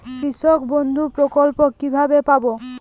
কৃষকবন্ধু প্রকল্প কিভাবে পাব?